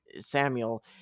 Samuel